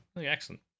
excellent